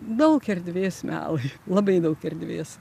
daug erdvės melui labai daug erdvės